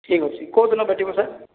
ଠିକ ଅଛି କେଉଁ ଦିନ ଭେଟିବୁ ସାର୍